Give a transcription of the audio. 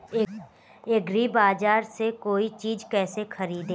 एग्रीबाजार से कोई चीज केसे खरीदें?